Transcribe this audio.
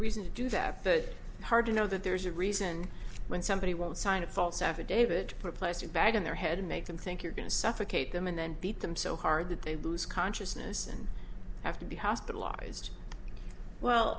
reason to do that but hard to know that there's a reason when somebody won't sign a false affidavit or a plastic bag in their head and make them think you're going to suffocate them and then beat them so hard that they lose consciousness and have to be hospitalized well